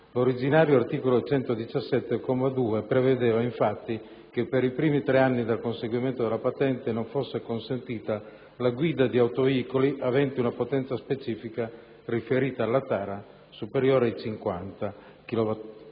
L'originario articolo 117, al comma 2, prevedeva infatti che per i primi tre anni dal conseguimento della patente non fosse consentita la guida di autoveicoli aventi una potenza specifica riferita alla tara superiore a 50 kW/t